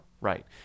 right